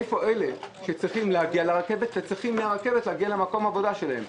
מה עם אלה שצריכים להגיע לרכבת וצריכים להגיע מהרכבת למקום עבודתם?